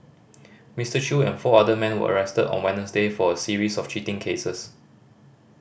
Mister Chew and four other men were arrested on Wednesday for a series of cheating cases